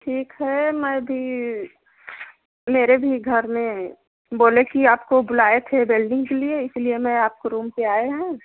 ठीक है मैं भी मेरे भी घर में बोले कि आपको बुलाए थे वेल्डिंग के लिए इसी लिए मैं आपके रूम पर आएँ हैं